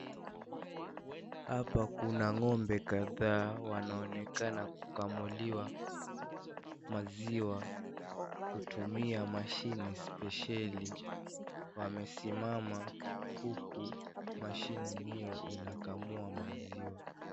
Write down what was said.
Hapa kuna ngombe kadhaa wanaonekana kukamuliwa maziwa kutumia mashine spesheli, wamesimama huku mashine hiyo inakamua maziwa.